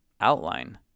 outline